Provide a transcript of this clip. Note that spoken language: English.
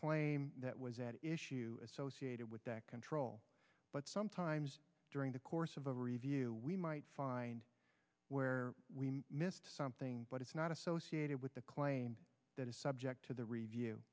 claim that was at issue associated with that control but sometimes during the course of a review we might find where we missed something but it's not associated with the claim that is subject to the review